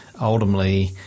ultimately